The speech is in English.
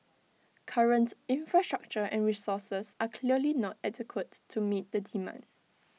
current infrastructure and resources are clearly not adequate to meet the demand